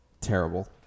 terrible